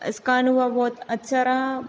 इसका अनुभव बहुत अच्छा रहा